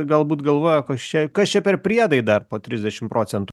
galbūt galvoja kas čia kas čia per priedai dar po trisdešim procentų